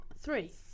Three